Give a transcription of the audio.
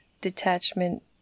detachment